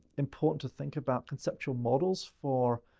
important to think about conceptual models for,